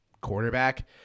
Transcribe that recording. quarterback